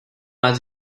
war